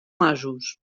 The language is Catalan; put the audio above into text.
masos